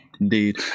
Indeed